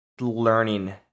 learning